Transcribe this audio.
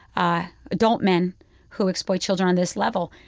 ah adult men who exploit children on this level.